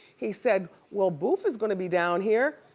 he said, well, boof is gonna be down here.